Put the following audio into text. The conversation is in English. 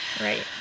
Right